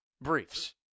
briefs